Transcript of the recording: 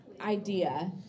idea